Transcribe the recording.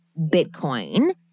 Bitcoin